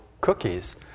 cookies